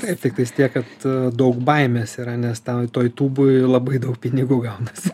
taip tiktai tiek kad daug baimės yra nes tau toj tuboj labai daug pinigų gaunasi